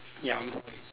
ya